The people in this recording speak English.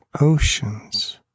oceans